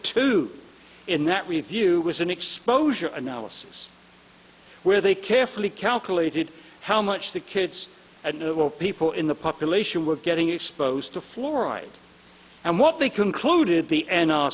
two in that review was an exposure analysis where they carefully calculated how much the kids and of all people in the population were getting exposed to fluoride and what they concluded the